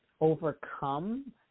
overcome